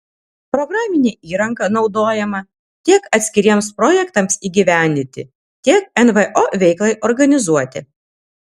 programinė įranga naudojama tiek atskiriems projektams įgyvendinti tiek nvo veiklai organizuoti